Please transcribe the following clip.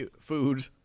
food